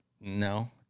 no